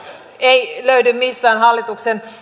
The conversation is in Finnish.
ei löydy mistään hallituksen